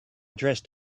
dressed